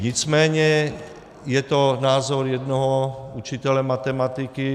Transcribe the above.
Nicméně je to názor jednoho učitele matematiky.